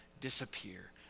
disappear